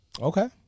Okay